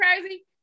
crazy